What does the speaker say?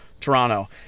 toronto